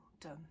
done